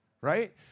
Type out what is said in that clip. Right